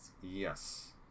Yes